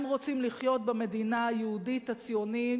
הם רוצים לחיות במדינה היהודית הציונית,